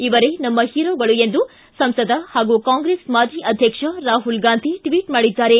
ಇವರೇ ನಮ್ಮ ಹೀರೋಗಳು ಎಂದು ಸಂಸದ ಹಾಗೂ ಕಾಂಗ್ರೆಸ್ ಮಾಜಿ ಅಧ್ಯಕ್ಷ ರಾಹುಲ್ ಗಾಂಧಿ ಟ್ವಿಟ್ ಮಾಡಿದ್ದಾರೆ